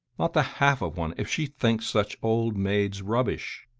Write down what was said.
not the half of one if she thinks such old maid's rubbish.